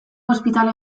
ospitale